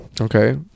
Okay